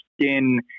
skin